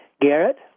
Garrett